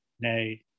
nay